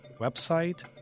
website